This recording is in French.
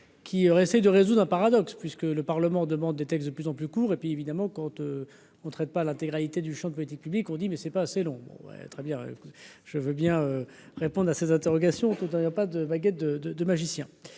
aurait essayer de résoudre un paradoxe puisque le Parlement demande des textes de plus en plus courts et puis évidemment compte on traite pas l'intégralité du Champ politique publique, on dit : mais c'est pas assez long, ouais, très bien, je veux bien répondre à ces interrogations, tout en ayant pas de baguette de de de magicien.